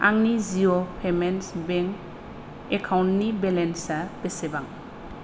आंनि Jio payments bank एकाउन्टनि बेलेन्सा बेसेबां